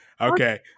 okay